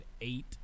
eight